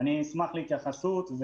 אני אשמח להתייחסות.